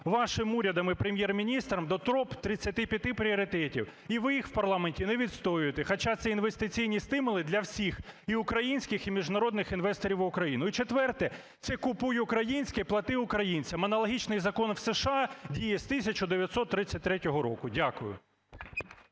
вашим урядом і Прем'єр-міністром до топ-35 пріоритетів. І ви їх у парламенті не відстоюєте, хоча це інвестиційні стимули для всіх – і українських, і міжнародних інвесторів в Україну. І четверте. Це "Купуй українське, плати українцям". Аналогічний закон у США діє з 1933 року. Дякую.